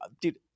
dude